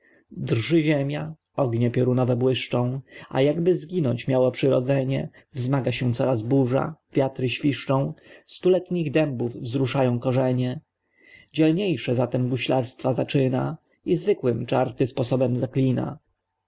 ziemia ognie piorunowe błyszczą a jakby zginąć miało przyrodzenie wzmaga się coraz burza wiatry świszczą stuletnich dębów wzruszają korzenie dzielniejsze zatem guślarstwa zaczyna i zwykłym czarty sposobem zaklina